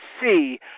see